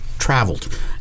traveled